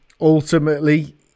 Ultimately